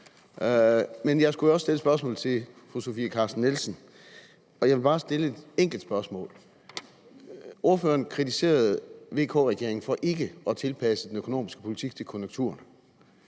Jeg skulle jo også stille spørgsmål til fru Sofie Carsten Nielsen, og jeg vil bare stille et enkelt spørgsmål. Ordføreren kritiserede VK-regeringen for ikke at tilpasse den økonomiske politik til konjunkturerne,